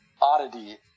oddity